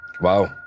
Wow